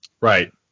Right